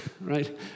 right